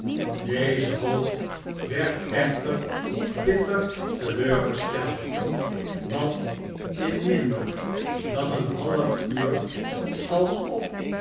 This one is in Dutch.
deze hoop werd echter bitter te leur gesteld want m minder dan een half uur alsof